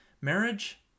marriage